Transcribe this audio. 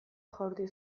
jaurti